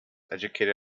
educated